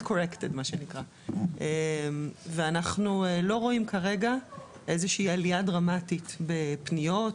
אנחנו לא רואים כרגע עלייה דרמטית בפניות,